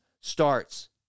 starts